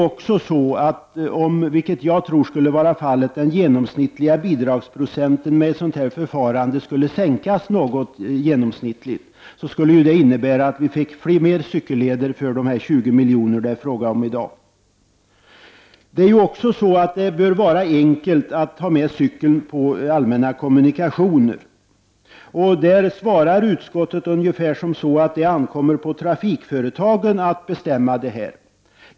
Om den genomsnittliga bidragsprocenten med ett sådant här förfarande skulle sänkas något, vilket jag tror skulle bli fallet, skulle man ju få mer cykelleder för de 20 milj.kr. som det är fråga om i dag. Vidare bör det vara enkelt att ta med cykeln på allmänna kommunikationer. Där svarar utskottet ungefär som så att det ankommer på trafikföretagen att bestämma detta.